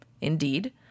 Indeed